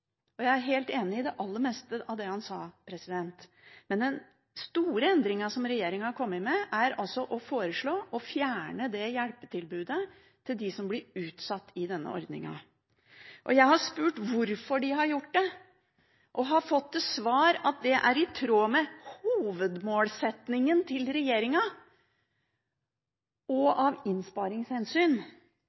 Og jeg er helt enig i det aller meste av det han sa, men den store endringen som regjeringen har kommet med, er altså å foreslå å fjerne hjelpetilbudet til dem som blir utsatt i denne ordningen. Jeg har spurt hvorfor de har gjort det, og har fått til svar at det er i tråd med hovedmålsettingen til regjeringen og av innsparingshensyn.